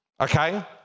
Okay